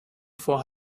vor